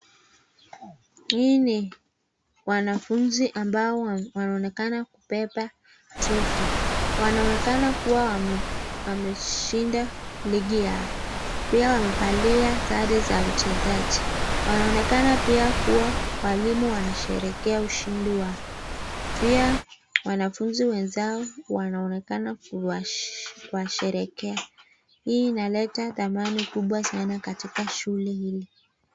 Hii ni wanafunzi ambao wanaonekana kubeba trophy wanaonekana kuwa wameshinda ligi yao. Pia wamevalia sare za uchezaji wanaonekana pia kuwa walimu wanasherehekea ushindi wao. Pia wanafunzi wenzao wanaonekana kuwasherehekea. Hii inaleta thamini kubwa sana katika hili shule.